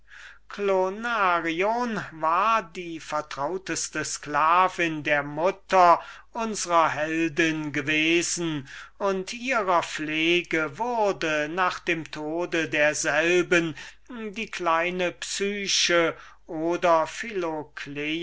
war die vertrauteste sklavin der mutter unsrer heldin gewesen und ihrer pflege wurde nach dem tode derselben die kleine psyche oder